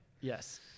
Yes